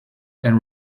and